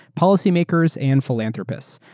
policy makers, and philanthropists.